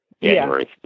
January